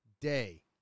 day